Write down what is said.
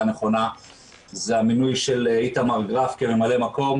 נכונה הוא המינוי של איתמר גרף כממלא מקום.